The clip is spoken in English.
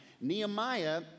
Nehemiah